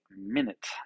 minute